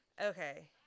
Okay